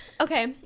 Okay